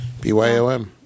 Byom